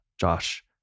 Josh